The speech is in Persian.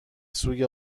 سوی